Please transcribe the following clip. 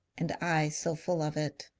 and i so full of it.